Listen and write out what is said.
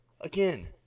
Again